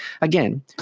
Again